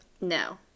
no